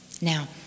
Now